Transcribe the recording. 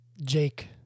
Jake